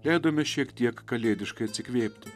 leidome šiek tiek kalėdiškai atsikvėpti